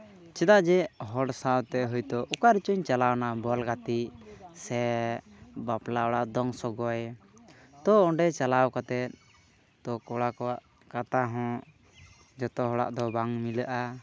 ᱪᱮᱫᱟᱜ ᱡᱮ ᱦᱚᱲ ᱥᱟᱶᱛᱮ ᱦᱚᱭ ᱛᱚ ᱚᱠᱟ ᱨᱮᱪᱚᱧ ᱪᱟᱞᱟᱣᱱᱟ ᱵᱚᱞ ᱜᱟᱛᱮᱜ ᱥᱮ ᱵᱟᱯᱞᱟ ᱚᱲᱟᱜ ᱫᱚᱝ ᱥᱚᱜᱚᱭ ᱛᱚ ᱚᱸᱰᱮ ᱪᱟᱞᱟᱣ ᱠᱟᱛᱮᱫ ᱛᱚ ᱠᱚᱲᱟ ᱠᱚᱣᱟᱜ ᱠᱟᱛᱷᱟ ᱦᱚᱸ ᱡᱷᱚᱛᱚ ᱦᱚᱲᱟᱜ ᱠᱟᱛᱷᱟ ᱫᱚ ᱵᱟᱝ ᱢᱤᱞᱟᱹᱜᱼᱟ